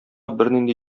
бернинди